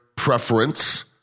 preference